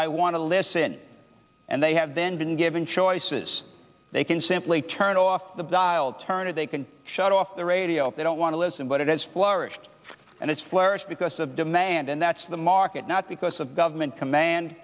i want to listen and they have then been given choices they can simply turn off the dial turn or they can shut off the radio if they don't want to listen but it has flourished and it's flourished because of demand and that's the market not because of government command